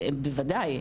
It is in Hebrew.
בוודאי.